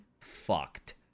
fucked